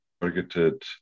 targeted